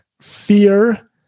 fear